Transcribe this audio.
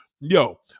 yo